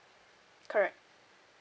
correct